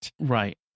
Right